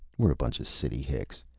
we're a bunch of city hicks.